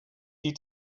die